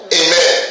amen